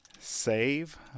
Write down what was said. Save